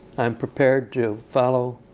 i'm prepared to follow